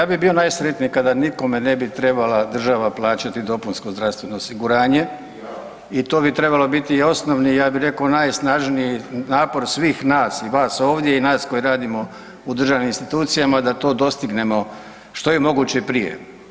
Ja bih bio najsretniji kada nikome ne bi trebala država plaćati dopunsko zdravstveno osiguranje i to bi trebalo biti i osnovni, ja bih rekao najsnažniji napor svih nas i vas ovdje i nas koji radimo u državnim institucijama, da to dostignemo što je moguće prije.